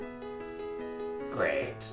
Great